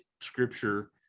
scripture